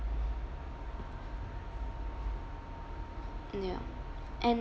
ya and